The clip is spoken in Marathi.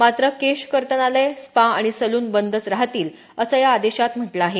मात्र केश कर्तनालय स्पा आणि सलून बंदच राहतील असं या आदेशात म्हटलं आहे